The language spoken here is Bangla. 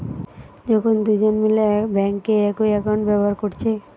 যখন দুজন মিলে বেঙ্কে একই একাউন্ট ব্যাভার কোরছে